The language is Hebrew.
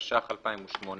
התשע"ח 2018,